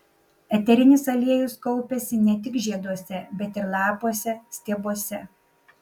eterinis aliejus kaupiasi ne tik žieduose bet ir lapuose stiebuose